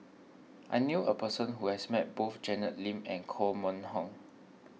I knew a person who has met both Janet Lim and Koh Mun Hong